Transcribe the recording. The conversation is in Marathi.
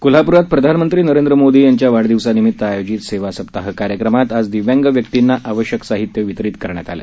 कोल्हापुरात प्रधानमंत्री नरेंद्र मोदी यांच्या वाढदिवसानिमित्त आयोजित सेवासप्ताह कार्यक्रमात आज दिव्यांग व्यक्तींना आवश्यक साहित्य वितरित करण्यात आलं